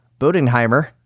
Bodenheimer